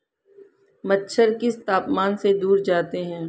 मच्छर किस तापमान से दूर जाते हैं?